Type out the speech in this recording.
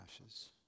ashes